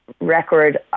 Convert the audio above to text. record